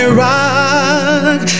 rock